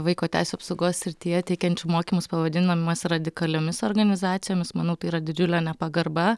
vaiko teisių apsaugos srityje teikiančių mokymus pavadinimas radikaliomis organizacijomis manau tai yra didžiulė nepagarba